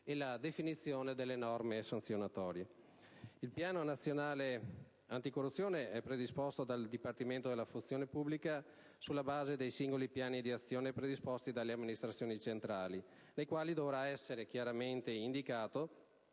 la definizione di norme sanzionatorie. Il Piano nazionale anticorruzione è predisposto dal Dipartimento della funzione pubblica sulla base dei singoli piani di azione predisposti dalle amministrazioni centrali, nei quali dovrà essere chiaramente indicato